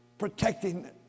protecting